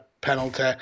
Penalty